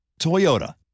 Toyota